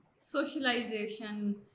socialization